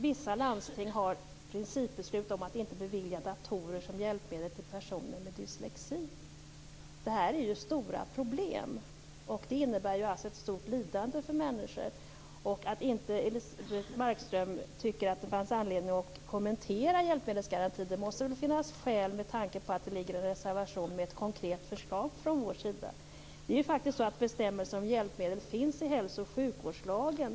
Vissa landsting har principbeslut om att inte bevilja datorer som hjälpmedel till personer med dyslexi. Det här är stora problem. Det innebär ett stort lidande för människor. Elisebeht Markström tycker inte att det finns anledning att kommentera hjälpmedelsgarantin. Men det måste väl finnas skäl med tanke på att det ligger en reservation med ett konkret förslag från vår sida. Det är faktiskt så att bestämmelser om hjälpmedel finns i hälso och sjukvårdslagen.